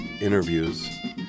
interviews